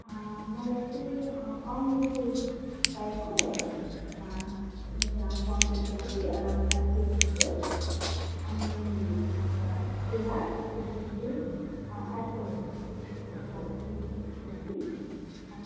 मलाई चाहिँ अङ्गुर चाहिएको एउटा फङ्सनको लागि एराउन्ड फाइभ केजी जस्तो अनि के भन्छ केरा त्यस पछि चाहिँ एप्पल सात उसको लागि